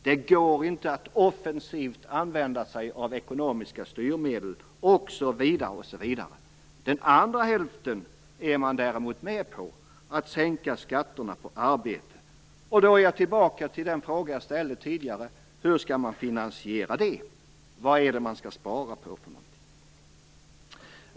Det går inte att offensivt använda sig av ekonomiska styrmedel, osv. Däremot är man med på den andra hälften, att sänka skatterna på arbete. Då är jag tillbaka vid den fråga jag ställde tidigare: Hur skall man finansiera det? Vad skall man spara på?